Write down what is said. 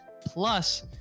plus